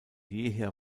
jeher